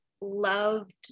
loved